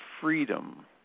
freedom